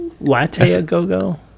Latte-a-go-go